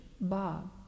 Bob